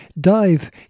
dive